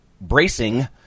bracing